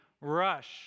rush